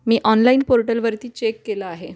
मी online पोर्टलवरती check केलं आहे